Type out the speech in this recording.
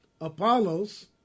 Apollos